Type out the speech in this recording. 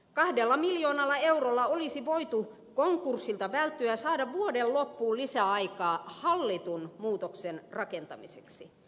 kahdella miljoonalla eurolla olisi voitu konkurssilta välttyä ja saada vuoden loppuun lisäaikaa hallitun muutoksen rakentamiseksi